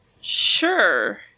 Sure